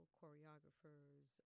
choreographers